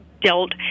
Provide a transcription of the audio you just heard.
dealt